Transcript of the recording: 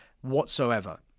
whatsoever